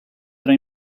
tra